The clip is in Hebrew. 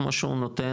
כמו שהוא נותן,